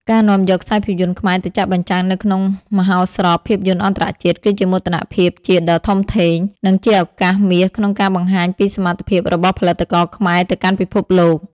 ការនាំយកខ្សែភាពយន្តខ្មែរទៅចាក់បញ្ចាំងនៅក្នុងមហោស្រពភាពយន្តអន្តរជាតិ គឺជាមោទនភាពជាតិដ៏ធំធេង និងជាឱកាសមាសក្នុងការបង្ហាញពីសមត្ថភាពរបស់ផលិតករខ្មែរទៅកាន់ពិភពលោក។